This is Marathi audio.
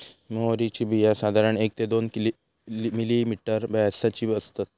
म्होवरीची बिया साधारण एक ते दोन मिलिमीटर व्यासाची असतत